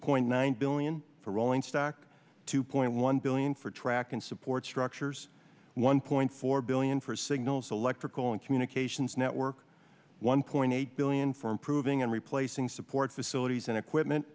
point nine billion for rolling stock two point one billion for trackin support structures one point four billion for signals electrical and communications network one point eight billion for improving and replacing support facilities and equipment